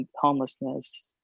homelessness